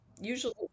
usually